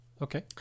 okay